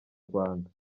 rwanda